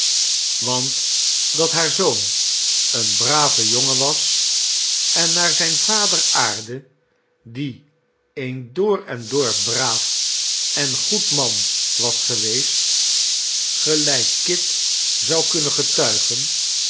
want dat haar zoon een brave jongen was en naar zijn vader aardde die een door en door braaf en goed man was geweest gelijk kit zou kunnen getuigen